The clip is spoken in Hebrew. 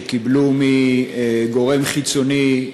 שקיבלו מגורם חיצוני,